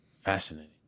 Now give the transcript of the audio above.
Fascinating